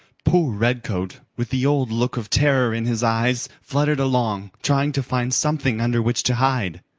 poor redcoat, with the old look of terror in his eyes, fluttered along, trying to find something under which to hide.